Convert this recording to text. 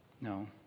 No